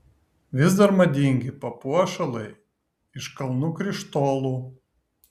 vis dar madingi papuošalai iš kalnų krištolų